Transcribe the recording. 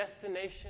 destination